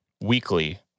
weekly